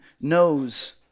knows